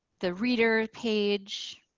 the reader page.